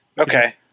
Okay